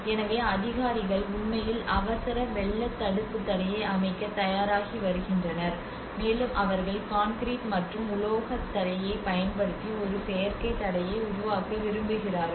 எனவே அதிகாரிகள் உண்மையில் அவசர வெள்ள தடுப்பு தடையை அமைக்க தயாராகி வருகின்றனர் மேலும் அவர்கள் கான்கிரீட் மற்றும் உலோகத் தடையைப் பயன்படுத்தி ஒரு செயற்கைத் தடையை உருவாக்க விரும்புகிறார்கள்